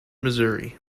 missouri